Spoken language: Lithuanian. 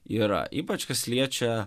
yra ypač kas liečia